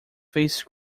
face